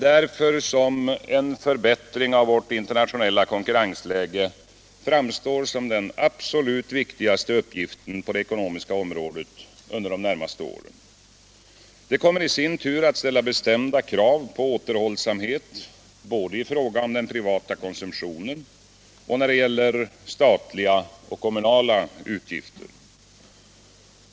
Därför framstår en förbättring av vårt internationella konkurrensläge som den absolut viktigaste uppgiften på det ekonomiska området under de närmaste åren. Det kommer i sin tur att ställa bestämda krav på återhållsamhet i fråga om den privata konsumtionen och när det gäller statliga och kommunala utgifter.